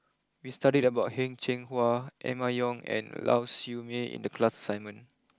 we studied about Heng Cheng Hwa Emma Yong and Lau Siew Mei in the class assignment